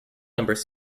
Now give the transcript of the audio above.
numbered